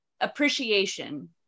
appreciation